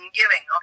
giving